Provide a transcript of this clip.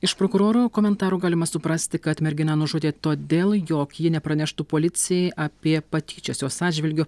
iš prokuroro komentarų galima suprasti kad merginą nužudė todėl jog ji nepraneštų policijai apie patyčias jos atžvilgiu